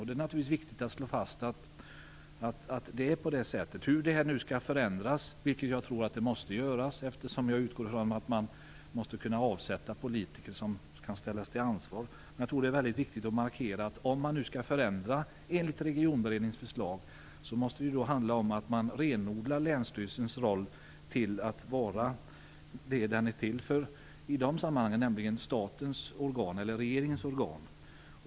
Det är viktigt att slå fast att det är på det sättet. Jag tror att detta måste förändras, eftersom jag utgår ifrån att man måste avsätta politiker som kan ställas till ansvar. Jag tror att det är mycket viktigt att markera att om man nu skall förändra enligt Regionberedningens förslag måste det handla om att man renodlar länsstyrelsens roll till att vara regeringens organ.